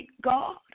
God